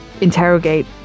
interrogate